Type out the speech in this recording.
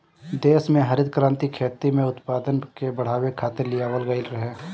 देस में हरित क्रांति खेती में उत्पादन के बढ़ावे खातिर लियावल गईल रहे